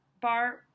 bar